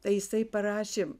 tai jisai parašė